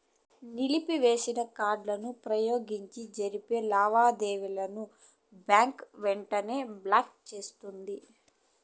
నిలిపివేసిన కార్డుని వుపయోగించి జరిపే లావాదేవీలని బ్యాంకు వెంటనే బ్లాకు చేస్తుంది